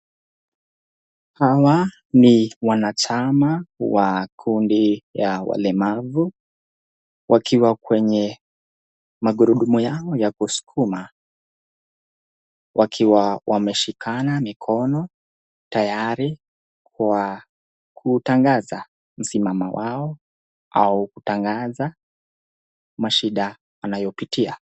Hawa ni wanachama wa kundi ya walemavu wakiwa kwenye magurudumu yao ya kusukuma wakiwa wameshikana mikono tayari kwa kutangaza msimamo wao au kutangaza mashida wanayopitia.